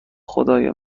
خدای